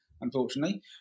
unfortunately